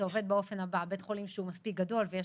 זה עובד באופן הבא: בית חולים שהוא מספיק גדול ויש